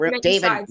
David